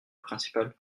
principale